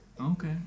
Okay